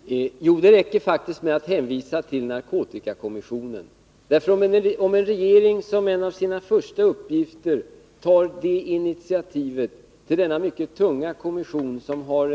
Herr talman! Jo, det räcker faktiskt med att hänvisa till narkotikakommissionen därför att om en regering som en av sina första uppgifter tar initiativet till denna mycket tunga kommission, som har